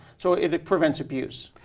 so, it prevents abuse.